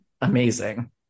Amazing